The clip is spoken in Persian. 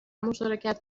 مشارکت